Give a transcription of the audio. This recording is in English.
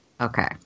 Okay